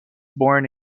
born